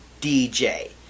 DJ